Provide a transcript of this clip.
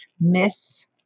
miss